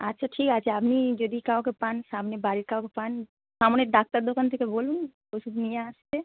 আচ্ছা ঠিক আছে আপনি যদি কাউকে পান সামনে বাড়ির কাউকে পান সামনের ডাক্তার দোকান থেকে বলুন ওষুধ নিয়ে আসতে